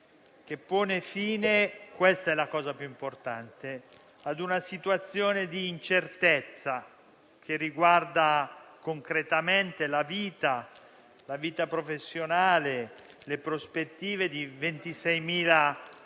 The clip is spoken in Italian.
che pone fine - questa è la cosa più importante - a una situazione di incertezza che riguarda concretamente la vita professionale e le prospettive di 26.000 persone